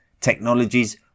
Technologies